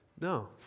No